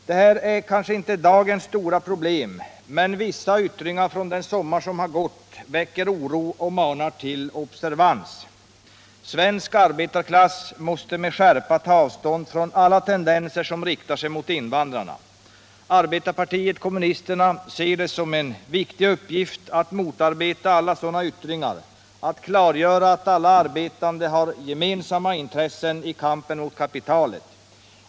Detta är inte dagens stora problem, men vissa yttringar från den sommar som gått väcker oro och manar till observans. Svensk arbetarklass måste med skärpa ta avstånd från alla tendenser som riktar sig mot in vandrarna. Arbetarpartiet kommunisterna ser det som en viktig uppgift att motarbeta alla sådana yttringar och att klargöra att alla arbetande har gemensamma intressen i kampen mot kapitalet.